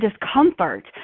discomfort